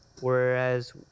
whereas